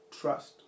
trust